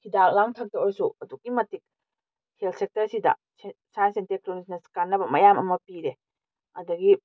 ꯍꯤꯗꯥꯛ ꯂꯥꯡꯊꯛꯇ ꯑꯣꯏꯔꯁꯨ ꯑꯗꯨꯛꯀꯤ ꯃꯇꯤꯛ ꯍꯦꯜꯠ ꯁꯦꯛꯇꯔꯁꯤꯗ ꯁꯥꯏꯟꯁ ꯑꯦꯟ ꯇꯦꯛꯅꯣꯂꯣꯖꯤꯅ ꯀꯥꯟꯅꯕ ꯃꯌꯥꯝ ꯑꯃ ꯄꯤꯔꯦ ꯑꯗꯒꯤ